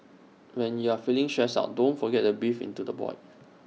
when you are feeling stressed out don't forget to breathe into the void